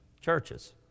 churches